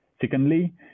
Secondly